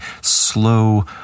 slow